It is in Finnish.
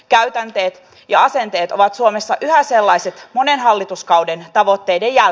käytänteet ja asenteet ovat suomessa yhä sellaiset monen hallituskauden tavoitteiden ja